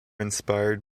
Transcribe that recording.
inspired